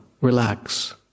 relax